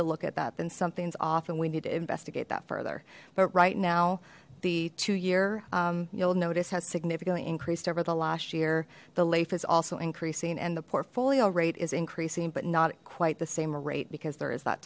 to look at that then something's off and we need to investigate that further but right now the two year you'll notice has significantly increased over the last year the leaf is also increasing and the portfolio rate is increasing but not quite the same rate because there is that